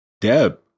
Deb